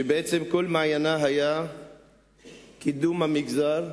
שבעצם כל מעייניה היו קידום המגזר,